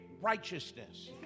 righteousness